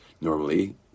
Normally